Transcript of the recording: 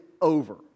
over